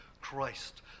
Christ